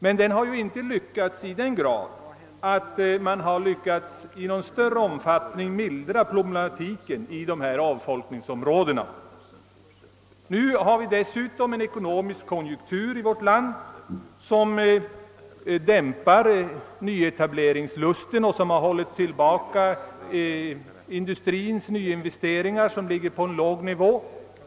Men denna har inte lyckats i den grad att man i någon större omfattning kunnat mildra problematiken i dessa avfolkningsområden. Nu har vi i vårt land desutom en så dan ekonomisk konjunktur att nyetableringslusten dämpas. Konjunkturen har också hållit tillbaka industrins nyinvesteringar, vilka ligger på en låg nivå.